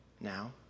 now